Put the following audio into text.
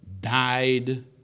died